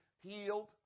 healed